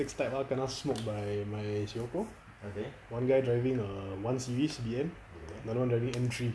six type R kena smoked by my sirocco one guy driving a one series B_M another driving M_3